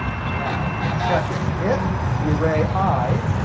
and now i'm checking if the array i,